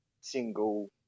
single